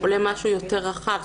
עולה משהו יותר רחב.